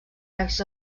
arcs